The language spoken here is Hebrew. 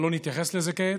אבל לא נתייחס לזה כעת.